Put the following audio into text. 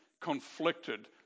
conflicted